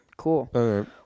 Cool